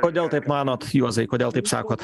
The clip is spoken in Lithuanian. kodėl taip manot juozai kodėl taip sakot